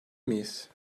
miyiz